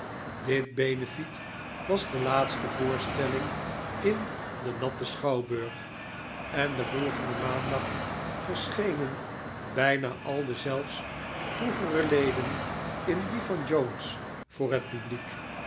dit benefiet was de laatste voorstelling in den natten schouwburg en den volgenden maandag verschenen bijna al deszelfs vroegere leden in dien van jones voor het publiek